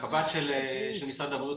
הקב"ט של משרד הבריאות.